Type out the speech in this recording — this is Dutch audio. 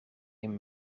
een